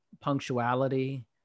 punctuality